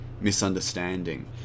misunderstanding